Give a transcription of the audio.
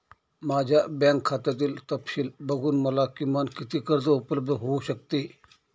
माझ्या बँक खात्यातील तपशील बघून मला किमान किती कर्ज उपलब्ध होऊ शकते?